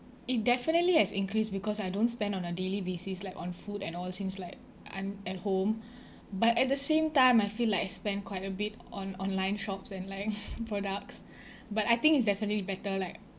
it definitely has increased because I don't spend on a daily basis like on food and all those things like I'm at home but at the same time I feel like I spend quite a bit on online shops and like products but I think it's definitely better like